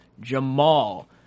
Jamal